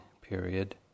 period